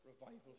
Revival